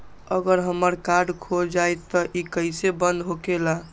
अगर हमर कार्ड खो जाई त इ कईसे बंद होकेला?